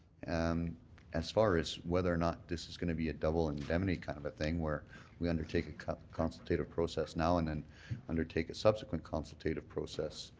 um as far as whether or not this is going to be a double indemnity kind of a thing where we undertake a consultative process now and then undertake a subsequent consultative process,